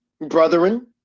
brethren